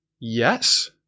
Yes